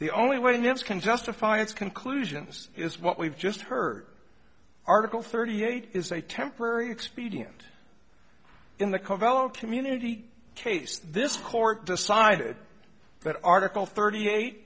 the only one you can justify its conclusions is what we've just heard article thirty eight is a temporary expedient in the covello community case this court decided that article thirty eight